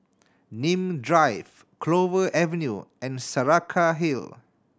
Nim Drive Clover Avenue and Saraca Hill